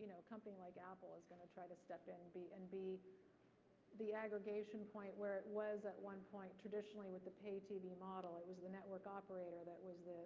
you know company like apple is gonna try to step in and be the aggregation point where it was at one point traditionally with the paid tv model. it was the network operator that was the